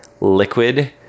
liquid